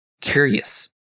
curious